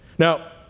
Now